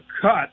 cut